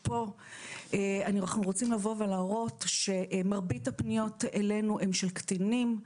פה אנחנו רוצים לבוא ולהראות שמרבית הפניות אלינו הן של קטינים.